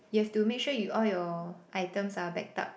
you have to make sure you all your items are backed up